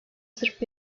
sırp